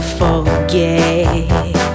forget